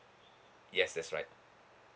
yes that's right